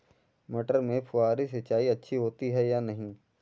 मटर में फुहरी सिंचाई अच्छी होती है या नहीं?